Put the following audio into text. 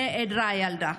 נעדרה הילדה.